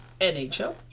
NHL